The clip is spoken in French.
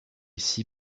ici